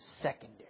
secondary